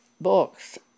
books